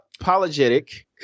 apologetic